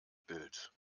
bild